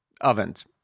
ovens